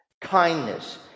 kindness